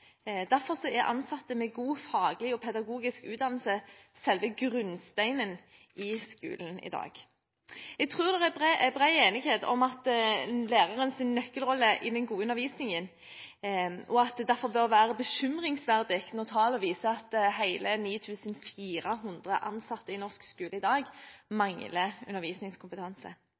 Derfor er ansatte med god faglig og pedagogisk utdannelse selve grunnsteinen i skolen i dag. Jeg tror det er bred enighet om lærerens nøkkelrolle i den gode undervisningen, og at det derfor bør være bekymringsfullt når tallene viser at hele 9 400 ansatte i norsk skole i dag mangler undervisningskompetanse.